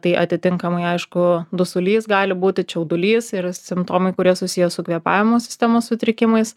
tai atitinkamai aišku dusulys gali būti čiaudulys yra simptomai kurie susiję su kvėpavimo sistemos sutrikimais